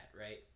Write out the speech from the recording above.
right